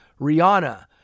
Rihanna